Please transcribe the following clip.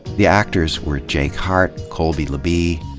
the actors were jake hart, colby labee,